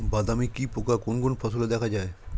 বাদামি কি পোকা কোন কোন ফলে দেখা যায়?